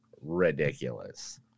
ridiculous